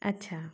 अच्छा